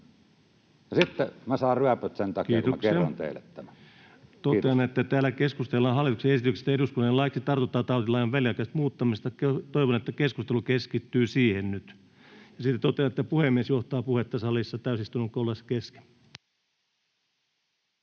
sitten minä saan ryöpyt sen takia, kun minä kerron teille tämän. — Kiitos. Kiitos. — Totean, että täällä keskustellaan hallituksen esityksestä eduskunnalle laiksi tartuntatautilain väliaikaisesta muuttamisesta. Toivon, että keskustelu keskittyy siihen nyt. Ja sitten totean, että puhemies johtaa puhetta salissa täysistunnon ollessa kesken.